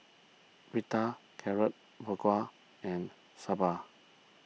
Pita Carrot Halwa and Sambar